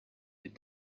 est